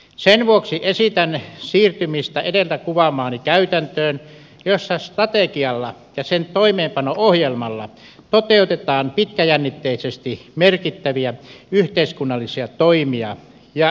sen vuoksi esitän siirtymistä edellä kuvaamaani käytäntöön jossa strategialla ja sen toimeenpano ohjelmalla toteutetaan pitkäjännitteisesti merkittäviä yhteiskunnallisia toimia ja investointeja